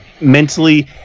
mentally